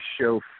show